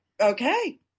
Okay